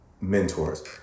mentors